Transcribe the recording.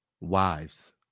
wives